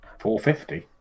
450